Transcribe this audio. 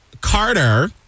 Carter